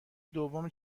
دوم